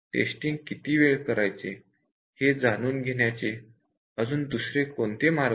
testing किती वेळ करायचे हे जाणून घेण्याचे अजून दुसरे कोणते मार्ग आहेत